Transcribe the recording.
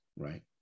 right